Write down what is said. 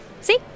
See